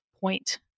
point